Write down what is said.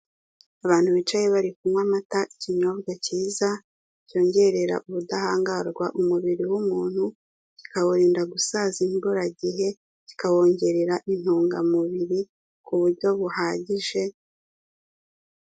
Abantu bicaye bari kunywa amata ikinyobwa cyiza cyongerera ubudahangarwa umubiri w'umuntu, kikawurinda gusaza imburagihe, kikawongerera intungamubiri ku buryo buhagije.